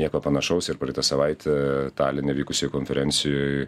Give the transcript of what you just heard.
nieko panašaus ir praeitą savaitę taline vykusioj konferencijoj